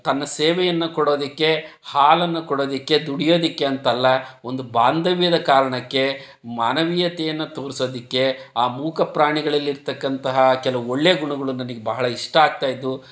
ತನ್ನ ಸೇವೆಯನ್ನು ಕೊಡೋದಕ್ಕೆ ಹಾಲನ್ನು ಕೊಡೋದಕ್ಕೆ ದುಡಿಯೋದಕ್ಕೆ ಅಂತಲ್ಲ ಒಂದು ಬಾಂಧವ್ಯದ ಕಾರಣಕ್ಕೆ ಮಾನವೀಯತೆಯನ್ನು ತೋರ್ಸೋದಕ್ಕೆ ಆ ಮೂಕ ಪ್ರಾಣಿಗಳಲ್ಲಿರತಕ್ಕಂತಹ ಕೆಲವು ಒಳ್ಳೆಯ ಗುಣಗಳು ನನಗೆ ಬಹಳ ಇಷ್ಟ ಆಗ್ತಾ ಇದ್ದವು